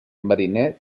mariner